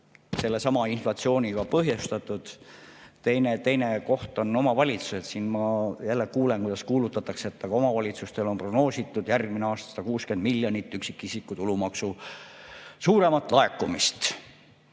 seesama inflatsioon, teine koht on omavalitsused. Ma jälle kuulen, kuidas kuulutatakse, et omavalitsustel on prognoositud järgmisel aasta 160 miljonit üksikisiku tulumaksu suuremat laekumist.